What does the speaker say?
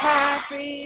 Happy